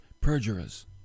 perjurers